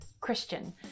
Christian